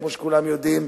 כמו שכולם יודעים.